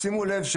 שימו לב,